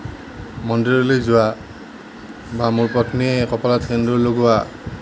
মন্দিৰলৈ যোৱা বা মোৰ পত্নীয়ে কপালত সেন্দুৰ লগোৱা